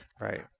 Right